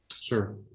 Sure